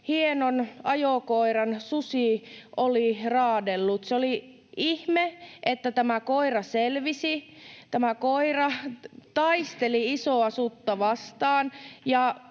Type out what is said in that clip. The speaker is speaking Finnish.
hienon ajokoiran susi oli raadellut. Oli ihme, että tämä koira selvisi. Tämä koira taisteli isoa sutta vastaan